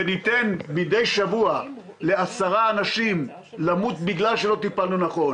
וניתן ל-10 אנשים למות מידי שבוע בגלל שלא טיפלנו נכון,